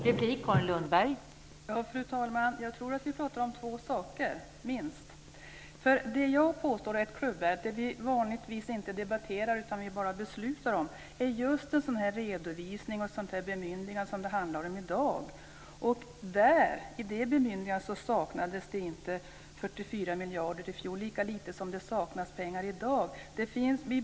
Fru talman! Jag tror att vi pratar om två saker - minst. Det jag påstår är ett klubbärende, som vi vanligtvis inte debatterar utan bara beslutar om, är just en sådan här redovisning och ett sådant här bemyndigande som det handlar om i dag. Där, i det bemyndigandet, saknades det inte 44 miljarder i fjol, lika lite som det saknas pengar i dag.